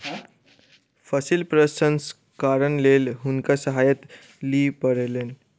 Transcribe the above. फसिल प्रसंस्करणक लेल हुनका सहायता लिअ पड़लैन